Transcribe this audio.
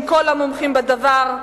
עם כל המומחים בדבר.